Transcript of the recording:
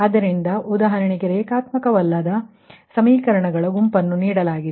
ಆದ್ದರಿಂದ ಉದಾಹರಣೆಗೆ ನನ್ ಲೀನಿಯರ್ ಸಮೀಕರಣಗಳ ಗುಂಪನ್ನು ನೀಡಲಾಗಿದೆ